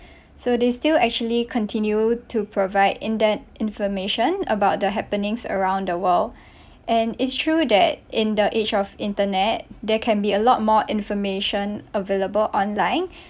so they still actually continue to provide in depth information about the happenings around the world and it's true that in the age of internet there can be a lot more information available online